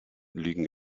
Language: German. liegen